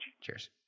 Cheers